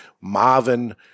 Marvin